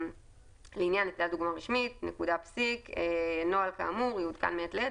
"לעניין נטילת דוגמה רשמית; נוהל כאמור יעודכן מעת לעת